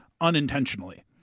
unintentionally